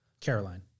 Caroline